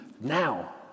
now